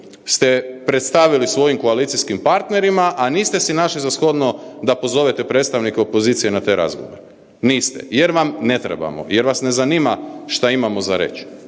ste predstavili svojim koalicijskim partnerima, a niste si našli za shodno da pozovete predstavnike opozicije na taj razgovor, niste. Jer vam ne trebamo, jer vas ne zanima što imamo za reći,